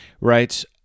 writes